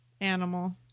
animal